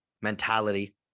mentality